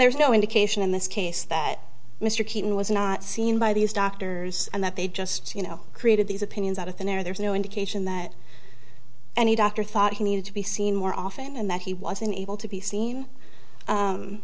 there's no indication in this case that mr keene was not seen by these doctors and that they just you know created these opinions out of thin air there's no indication that any doctor thought he needed to be seen more often and that he wasn't able to be seen